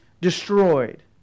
destroyed